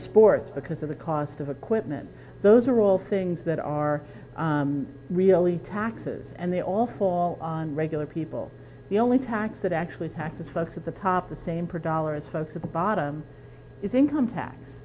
sports because of the cost of equipment those are all things that are really taxes and they all fall on regular people the only tax that actually taxes folks at the top the same predominates folks at the bottom is income tax